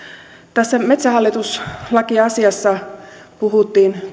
tässä metsähallitus lakiasiassa puhuttiin